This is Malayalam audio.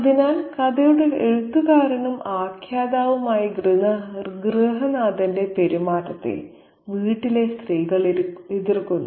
അതിനാൽ കഥയുടെ എഴുത്തുകാരനും ആഖ്യാതാവുമായ ഗൃഹനാഥന്റെ പെരുമാറ്റത്തെ വീട്ടിലെ സ്ത്രീകൾ എതിർക്കുന്നു